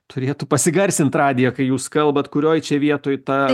turėtų pasigarsint radiją kai jūs kalbat kurioj čia vietoj ta